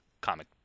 comic